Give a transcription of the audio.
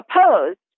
opposed